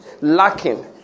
lacking